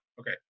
Okay